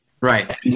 Right